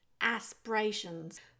Aspirations